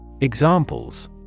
Examples